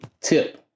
tip